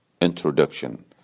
Introduction